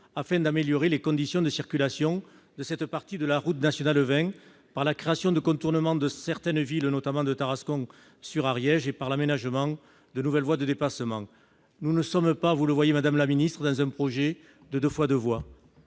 afin d'améliorer les conditions de circulation sur cette partie de la route nationale 20 par la création de contournements de certaines villes, notamment de Tarascon-sur-Ariège, et par l'aménagement de nouvelles voies de dépassement. Il ne s'agit pas, comme vous pouvez le constater, madame la ministre, d'un projet de 2x2 voies.